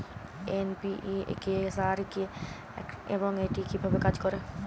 NPK সার কি এবং এটি কিভাবে কাজ করে?